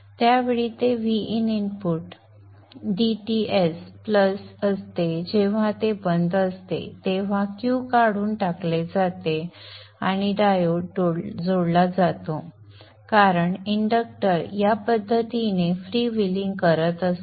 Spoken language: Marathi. त्या वेळी ते Vin इनटू dTs प्लस असते जेव्हा ते बंद असते तेव्हा Q काढून टाकले जाते आणि डायोड जोडला जातो कारण इंडक्टर या पद्धतीने फ्रीव्हीलिंग करत असतो